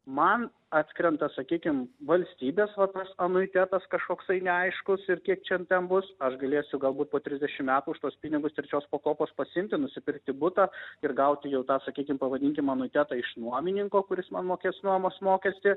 man atkrenta sakykim valstybės va tas anuitetas kažkoksai neaiškus ir kie čia ten bus aš galėsiu galbūt po trisdešim metų už tuos pinigus trečios pakopos pasiimti nusipirkti butą ir gauti jau tą sakykim pavadinkim anuitetą iš nuomininko kuris man mokės nuomos mokestį